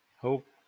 Hope